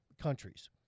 countries